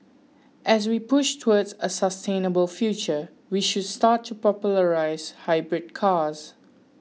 as we push towards a sustainable future we should start to popularise hybrid cars